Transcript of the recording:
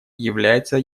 является